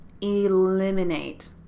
eliminate